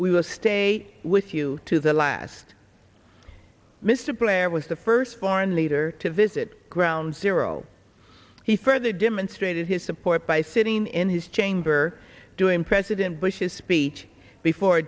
we will stay with you to the last mr blair was the first foreign leader to visit ground zero he further demonstrated his support by sitting in his chamber during president bush's speech before